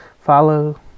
follow